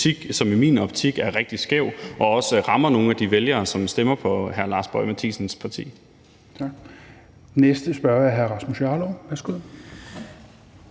som i min optik er rigtig skæv og også rammer nogle af de vælgere, som stemmer på hr. Lars Boje Mathiesens parti.